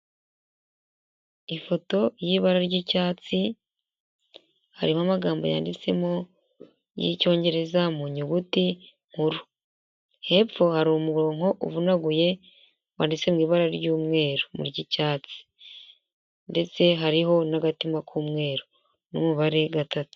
Ifoto y'ibara ry'icyatsi harimo amagambo yanditsemo y'icyongereza mu nyuguti nkuru, hepfo hari umurongo uvunaguye wanditse mu ibara ry'umweru n'icyatsi ndetse hariho n'agatima k'umweru n'umubare gatatu.